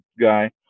guy